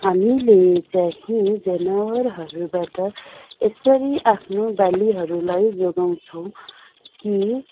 हामीले चाहिँ जनावरहरूबाट यसरी आफ्नो बालीहरूलाई जोगाउँछौँ कि